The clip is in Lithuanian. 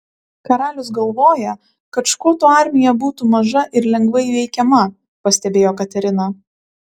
karalius galvoja kad škotų armija būtų maža ir lengvai įveikiama pastebėjo katerina